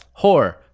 Whore